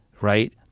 right